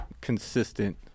consistent